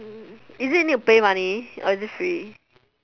mm is it need to pay money or is it free